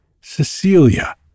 Cecilia